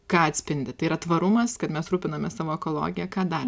ką atspindi tai yra tvarumas kad mes rūpinamės savo ekologija ką dar